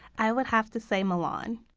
i would have to say, mulan.